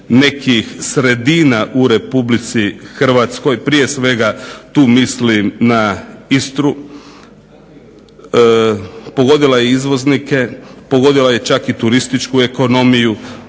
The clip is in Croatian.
nekih sredina u Republici Hrvatskoj, prije svega tu mislim na Istru. Pogodila je izvoznike, pogodila je čak i turističku ekonomiju,